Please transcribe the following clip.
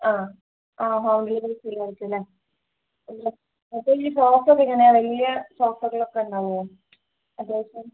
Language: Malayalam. ആ ആ ഹോം ഡെലിവറി ചെയ്യാായിരിക്കല്ലേ അഈ ഷോഫൊക്കെ എങ്ങനെയാ വല്യ ഷോഫുകളൊക്കെ ഉണ്ടാവോ അത്യാവശ്യം